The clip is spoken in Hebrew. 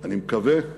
אני מקווה,